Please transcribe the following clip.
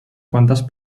quantes